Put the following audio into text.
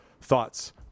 thoughts